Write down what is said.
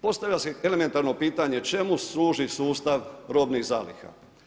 Postavlja se elementarno pitanje čemu služi sustav robnih zaliha?